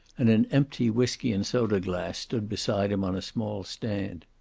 and an empty whiskey-and-soda glass stood beside him on a small stand.